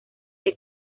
que